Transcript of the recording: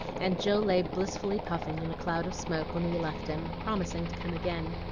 and joe lay blissfully puffing, in a cloud of smoke, when we left him, promising to come again.